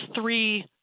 three